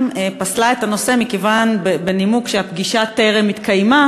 פסלה את הנושא בנימוק שהפגישה טרם התקיימה,